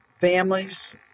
families